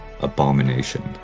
abomination